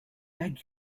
beg